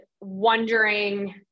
wondering